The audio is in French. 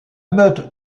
meute